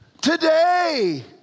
Today